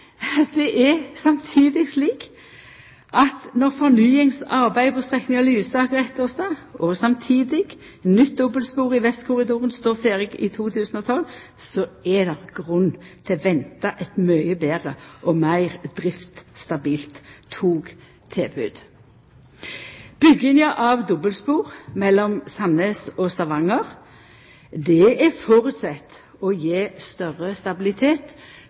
Lysaker–Etterstad, og samtidig nytt dobbeltspor i Vestkorridoren, er ferdig i 2012, er det grunn til å venta eit mykje betre og meir driftsstabilt togtilbod. Bygginga av dobbeltspor mellom Sandnes og Stavanger er føresett å gje større stabilitet